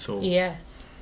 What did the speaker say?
Yes